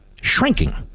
shrinking